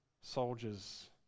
soldiers